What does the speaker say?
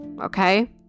Okay